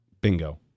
Bingo